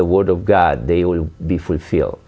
the word of god they will be fulfilled